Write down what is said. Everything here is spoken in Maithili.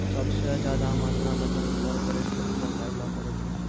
सभ से ज्यादा मात्रा मे धन कार्पोरेटे सेक्टरो से अयलो करे छै